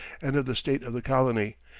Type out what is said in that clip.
and of the state of the colony,